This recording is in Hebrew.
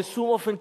בשום אופן,